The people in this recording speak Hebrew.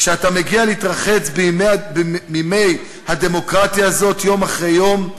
כשאתה מגיע להתרחץ במימי הדמוקרטיה הזאת יום אחרי יום,